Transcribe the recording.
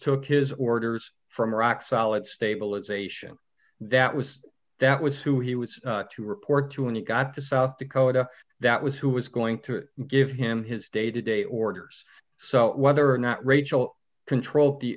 took his orders from rock solid stabilisation that was that was who he was to report to and he got to south dakota that was who was going to give him his day to day orders so whether or not rachel controlled the